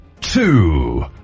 two